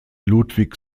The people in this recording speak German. ludwig